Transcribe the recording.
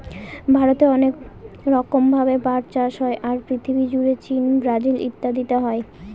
ভারতে অনেক রকম ভাবে পাট চাষ হয়, আর পৃথিবী জুড়ে চীন, ব্রাজিল ইত্যাদিতে হয়